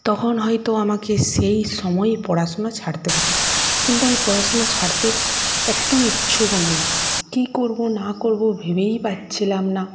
তখন হয়ত আমাকে সেই সময় পড়াশোনা ছাড়তে হত কিন্তু আমি পড়াশোনা ছাড়তে একদম ইচ্ছুক নই কী করব না করব ভেবেই পাচ্ছিলাম না